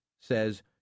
says